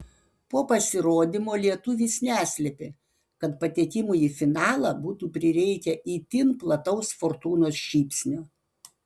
po pasirodymo lietuvis neslėpė kad patekimui į finalą būtų prireikę itin plataus fortūnos šypsnio